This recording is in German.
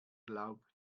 glaubt